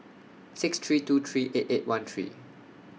six three two three eight eight one three